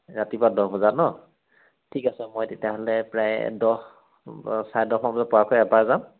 ৰাতিপুৱা দহ বজাত ন' ঠিক আছে মই তেতিয়াহ'লে প্ৰায় দহ চাৰে দহত পোৱাকৈ এবাৰ যাম